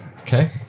okay